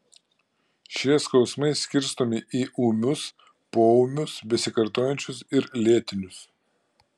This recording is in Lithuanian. šie skausmai skirstomi į ūmius poūmius besikartojančius ir lėtinius